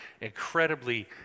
incredibly